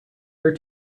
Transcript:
are